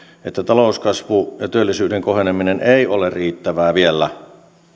että talouskasvu ja työllisyyden koheneminen eivät ole riittävää vielä